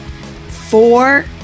four